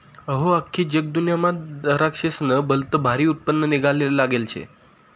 अहो, आख्खी जगदुन्यामा दराक्शेस्नं भलतं भारी उत्पन्न निंघाले लागेल शे